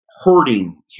hurting